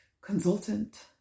consultant